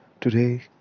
today